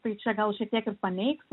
tai čia gal šiek tiek ir paneigs